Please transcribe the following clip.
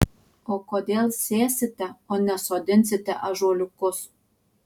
o kodėl sėsite o ne sodinsite ąžuoliukus